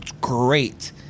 great